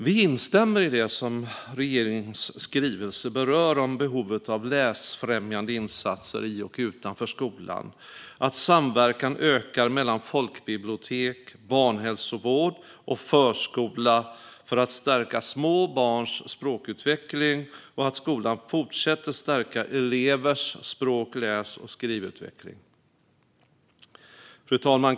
Vi instämmer i det som regeringens skrivelse berör om behovet av läsfrämjande insatser i och utanför skolan, av att samverkan ökar mellan folkbibliotek, barnhälsovård och förskola för att stärka små barns språkutveckling och av att skolan fortsätter stärka elevers språk, läs och skrivutveckling. Fru talman!